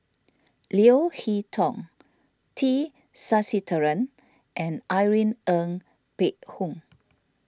Leo Hee Tong T Sasitharan and Irene Ng Phek Hoong